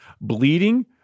bleeding